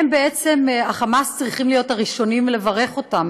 ה"חמאס" צריכים להיות הראשונים לברך אותם,